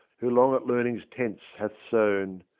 who long at learning's tents hath sewn.